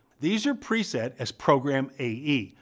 these are preset as program ae,